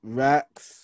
racks